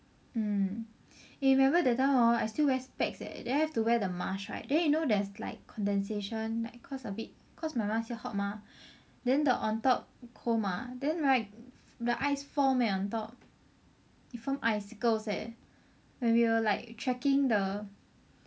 mm eh remember that time hor I still wear specs leh then I have to wear the mask right then you know there's like condensation like cause a bit cause my mask here hot mah then the on top cold mah then right the ice form leh on top it formed icicles leh when we were like trekking the